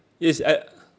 it's at